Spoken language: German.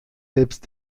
selbst